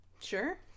Sure